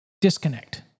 disconnect